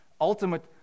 ultimate